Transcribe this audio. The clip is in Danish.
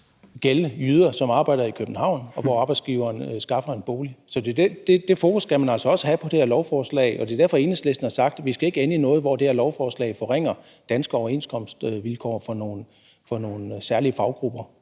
gælde jyder, som arbejder i København, og hvor arbejdsgiveren skaffer en bolig. Så det fokus skal man altså også have på det her lovforslag. Det er derfor, Enhedslisten har sagt, at vi ikke skal ende i noget, hvor det her lovforslag forringer danske overenskomstvilkår for nogle særlige faggrupper.